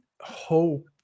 hope